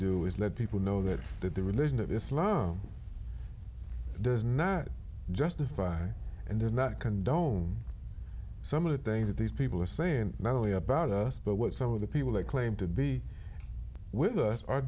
do is let people know that that the religion of islam does not justify and there's not condone some of the things that these people are saying not only about us but what some of the people they claim to be with us are